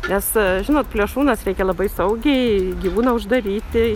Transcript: nes žinot plėšrūnas reikia labai saugiai gyvūną uždaryti